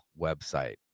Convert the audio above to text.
website